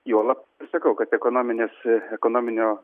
juolab sakau kad ekonominis ekonominio